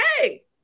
Hey